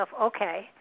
okay